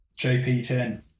JP10